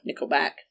Nickelback